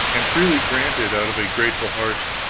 and freely granted out of a grateful heart